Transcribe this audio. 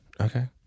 Okay